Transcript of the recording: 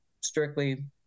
strictly